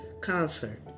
concert